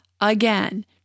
again